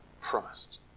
promised